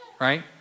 right